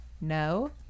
No